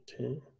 Okay